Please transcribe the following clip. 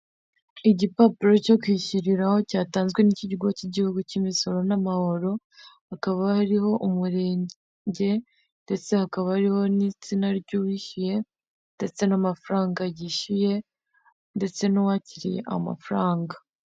Igipapuro cyo kwishyiriraho cyatanzwe n'ikigo cy'igihugu cy'imisoro n'amahoro. Hakaba hariho umurenge ndetse hakaba hariho n'izina ry'uwishyuye ndetse n'amafaranga yishyuye ndetse n'uwakiriye amafaranga.